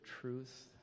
truth